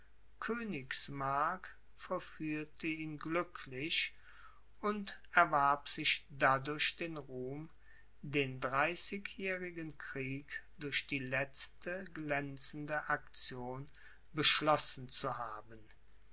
königsmark vollführte ihn glücklich und erwarb sich dadurch den ruhm den dreißigjährigen krieg durch die letzte glänzende aktion beschlossen zu haben